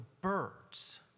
birds